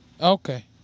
Okay